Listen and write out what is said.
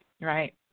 Right